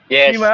Yes